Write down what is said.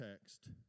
text